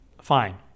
Fine